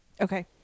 Okay